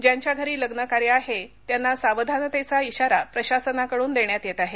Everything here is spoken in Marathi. ज्यांच्या घरी लग्न कार्य आहे त्यांना सावधानतेचा खोारा प्रशासनाकडून देण्यात येत आहे